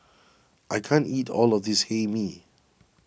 I can't eat all of this Hae Mee